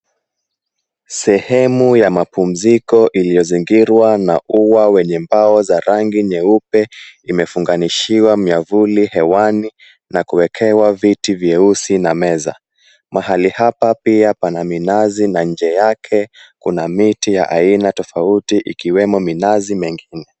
Sehemu ya mapumziko iliyozingirwa na ua wenye mbao za rangi nyeupe imefunganishiwa miavuli hewani na kuwekewa viti vyeusi na meza. Mahali hapa pia pana minazi na nje yake kuna miti ya aina tofauti ikiwemo minazi mengine.